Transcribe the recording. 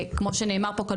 כמו שנאמר פה,